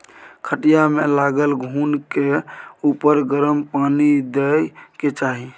खटिया मे लागल घून के उपर गरम पानि दय के चाही